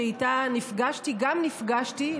שאיתה נפגשתי גם נפגשתי,